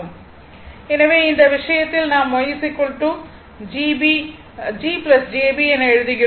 எனவே இந்த விஷயத்தில் நாம் Y G jB என எழுதுகிறோம்